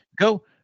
Go